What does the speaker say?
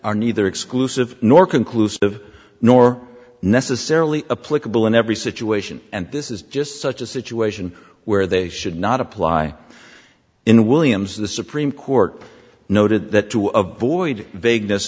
are neither exclusive nor conclusive nor necessarily a political in every situation and this is just such a situation where they should not apply in williams the supreme court noted that two of void vagueness